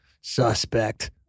Suspect